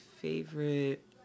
favorite